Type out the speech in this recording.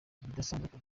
ibidasanzwe